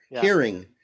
hearing